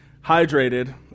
hydrated